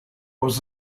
was